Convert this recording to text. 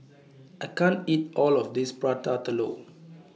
I can't eat All of This Prata Telur